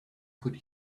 could